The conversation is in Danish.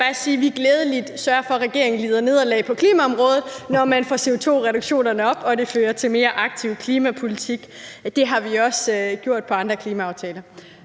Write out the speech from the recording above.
vi glædeligt sørge for, at regeringen lider nederlag på klimaområdet, når man får CO2-reduktionerne op og det fører til mere aktiv klimapolitik. Det har vi også gjort på andre klimaaftaler